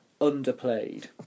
underplayed